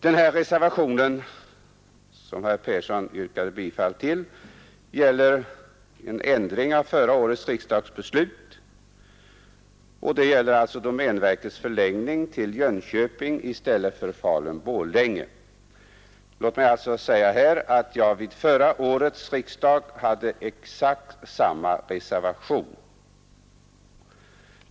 Denna reservation, som herr Persson yrkade bifall till, gäller en ändring av förra årets riksdagsbeslut så att domänverket förläggs till Jönköping i stället för till Falun-Borlänge. Vid förra årets riksdag hade jag exakt samma reservation.